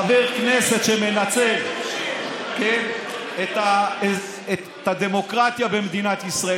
חבר כנסת שמנצל את הדמוקרטיה במדינת ישראל.